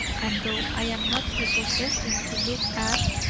and though i am not prepossessing to look at,